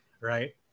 right